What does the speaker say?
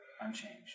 Unchanged